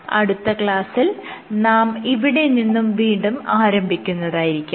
അടുത്ത ക്ലാസ്സിൽ നാം ഇവിടെ നിന്നും വീണ്ടും ആരംഭിക്കുന്നതായിരിക്കും